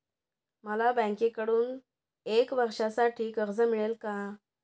मला बँकेकडून एका वर्षासाठी कर्ज मिळेल का?